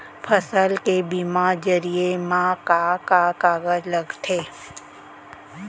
फसल के बीमा जरिए मा का का कागज लगथे?